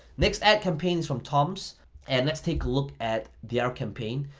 next ad campaign is from toms and let's take a look at their campaign.